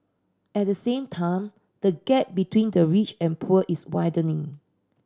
at the same time the gap between the rich and poor is widening